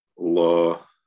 Allah